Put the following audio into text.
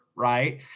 Right